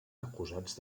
acusats